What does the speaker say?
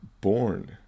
born